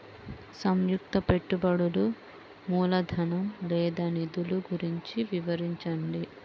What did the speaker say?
సంయుక్త పెట్టుబడులు మూలధనం లేదా నిధులు గురించి వివరించండి?